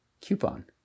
Coupon